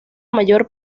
mayor